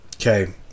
Okay